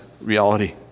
reality